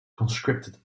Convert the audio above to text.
conscripted